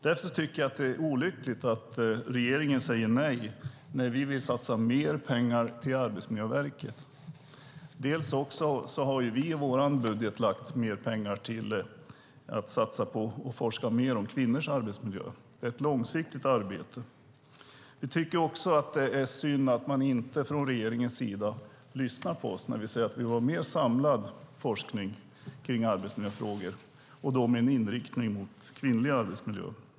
Därför tycker jag att det är olyckligt att regeringen säger nej när vi vill satsa mer pengar på Arbetsmiljöverket. Vi har i vår budget lagt mer pengar på att forska mer om kvinnors arbetsmiljö, ett långsiktigt arbete. Vi tycker att det är synd att man från regeringens sida inte lyssnar på oss när vi säger att vi vill ha en mer samlad forskning kring arbetsmiljöfrågor, då med inriktning på kvinnors arbetsmiljöer.